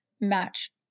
match